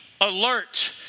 alert